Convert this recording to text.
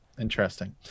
interesting